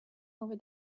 over